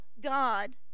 God